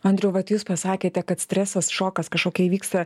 andriau vat jūs pasakėte kad stresas šokas kažkokia įvyksta